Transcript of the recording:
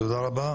תודה רבה,